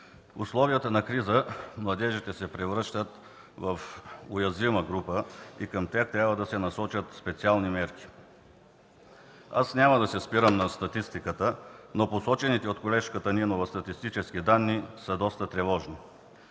условията на криза младежите се превръщат в уязвима група и към тях трябва да се насочат специални мерки. Аз няма да се спирам на статистиката, но посочените от колежката Нинова статистически данни са доста тревожни.